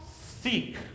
seek